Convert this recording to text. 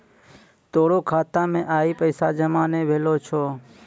तोरो खाता मे आइ पैसा जमा नै भेलो छौं